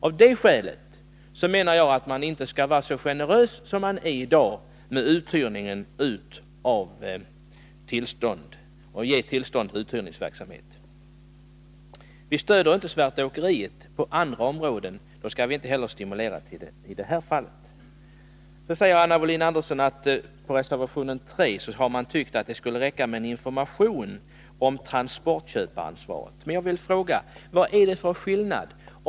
Av det skälet, menar jag, skall man inte vara så generös som man är i dag med att ge tillstånd till uthyrningsverksamhet. Vi stöder inte svartåkeriet på andra områden. Då skall vi inte heller stimulera till det i det här fallet. Sedan säger Anna Wohlin-Andersson att man beträffande reservation 3 tyckt att det skulle räcka med information om transportköparansvaret. Då vill jag fråga: Vad är det för skillnad på följande fall?